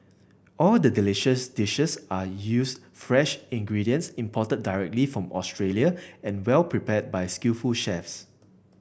all the delicious dishes are used fresh ingredients imported directly from Australia and well prepared by skillful chefs